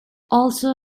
also